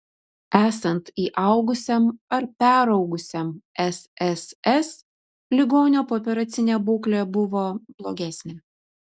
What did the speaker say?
esant įaugusiam ar peraugusiam sss ligonio pooperacinė būklė buvo blogesnė